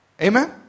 amen